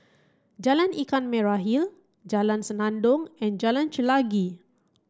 Jalan Ikan Merah Hill Jalan Senandong and Jalan Chelagi